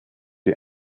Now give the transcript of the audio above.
die